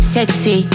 Sexy